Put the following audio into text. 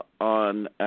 on